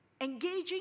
Engaging